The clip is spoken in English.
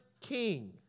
king